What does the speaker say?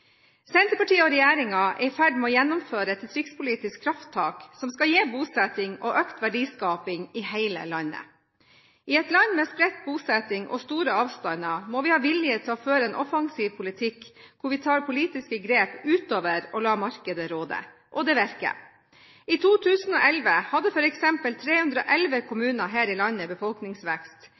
Senterpartiet og regjeringen er i ferd med å gjennomføre et distriktspolitisk krafttak som skal gi bosetting og økt verdiskaping i hele landet. I et land med spredt bosetting og store avstander må vi ha vilje til å føre en offensiv politikk hvor vi tar politiske grep utover å la markedet råde. Og det virker. I 2011 hadde f.eks. 311 kommuner her i landet befolkningsvekst.